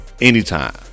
Anytime